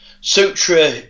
Sutra